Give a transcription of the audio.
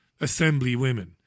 assemblywomen